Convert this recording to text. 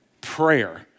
prayer